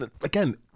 again